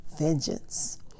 vengeance